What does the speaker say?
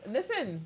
Listen